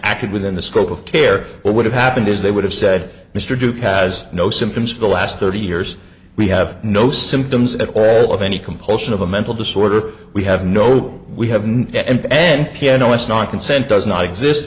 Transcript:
acted within the scope of care what would have happened is they would have said mr duke has no symptoms for the last thirty years we have no symptoms at all of any compulsion of a mental disorder we have no we have not and then piano is not consent does not exist